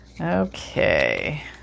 okay